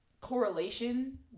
correlation